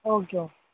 okay okay